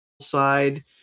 side